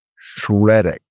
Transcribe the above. Shredding